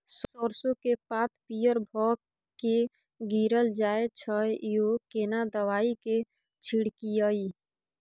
सरसो के पात पीयर भ के गीरल जाय छै यो केना दवाई के छिड़कीयई?